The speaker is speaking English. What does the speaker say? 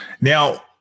Now